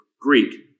Greek